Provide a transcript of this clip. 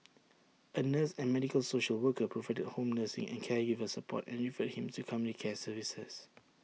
A nurse and medical social worker provided home nursing and caregiver support and referred him to community care services